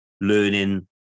learning